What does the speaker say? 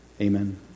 Amen